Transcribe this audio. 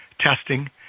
testing